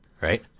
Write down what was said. right